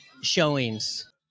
showings